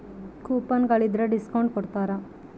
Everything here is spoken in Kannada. ಕೂಪನ್ ಗಳಿದ್ರ ಡಿಸ್ಕೌಟು ಕೊಡ್ತಾರ